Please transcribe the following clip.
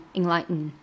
enlighten